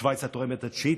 שווייץ הייתה התורמת התשיעית,